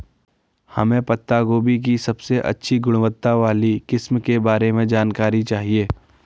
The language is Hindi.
हमें पत्ता गोभी की सबसे अच्छी गुणवत्ता वाली किस्म के बारे में जानकारी चाहिए?